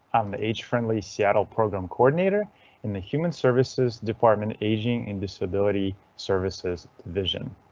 i'm the age friendly seattle program coordinator in the human services department, aging and disability services division.